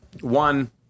One